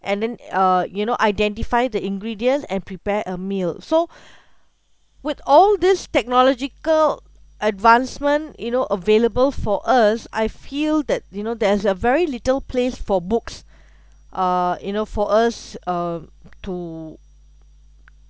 and then uh you know identify the ingredients and prepare a meal so with all this technological advancement you know available for us I feel that you know the is a very little place for books uh you know for us um to